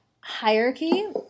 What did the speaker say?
hierarchy